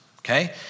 Okay